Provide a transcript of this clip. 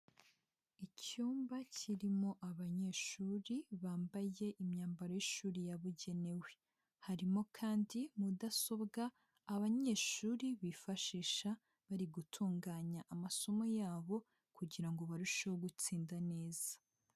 Icyumba kirimo abanyeshuri bambaye imyambaro y'ishuri yabugenewe. Harimo kandi mudasobwa abanyeshuri bifashisha bari gutunganya amasomo yabo, kugira ngo barusheho gutsinda neza.